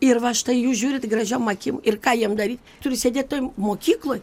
ir va štai jūs žiūrit gražiom akim ir ką jiem dary turi sėdėt toj mokykloj